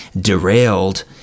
derailed